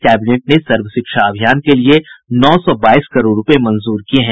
cabinet ने सर्व शिक्षा अभियान के लिए नौ सौ बाईस करोड़ रूपये मंजूर किये हैं